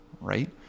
right